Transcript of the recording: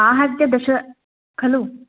आहत्य दश खलु